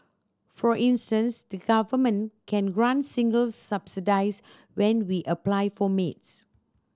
for instance the Government can grant singles subsidies when we apply for maids